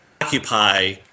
Occupy